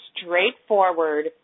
straightforward